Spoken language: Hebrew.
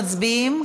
מצביעים,